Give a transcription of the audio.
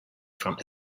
from